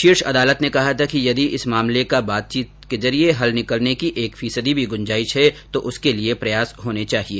शीर्ष न्यायालय ने कहा था कि यदि इस मामले का बातचीत से हल करने की एक फीसदी भी गुंजाइश है तो उसके लिए प्रयास होना चाहिए